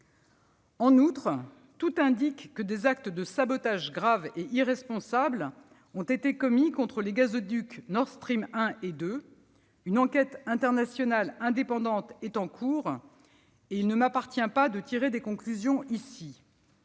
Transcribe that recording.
En outre, tout indique que des actes de sabotage graves et irresponsables ont été commis contre les gazoducs Nord Stream 1 et 2. Une enquête internationale indépendante est en cours, et il ne m'appartient pas de tirer des conclusions ici.